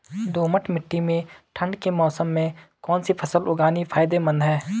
दोमट्ट मिट्टी में ठंड के मौसम में कौन सी फसल उगानी फायदेमंद है?